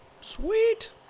Sweet